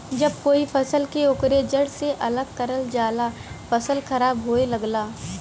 जब कोई फसल के ओकरे जड़ से अलग करल जाला फसल खराब होये लगला